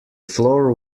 floor